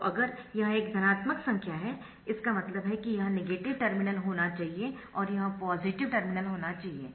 तो अगर यह एक धनात्मक संख्या है इसका मतलब है कि यह नेगेटिव टर्मिनल होना चाहिए और वह पॉजिटिव टर्मिनल होना चाहिए